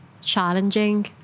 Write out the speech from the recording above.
challenging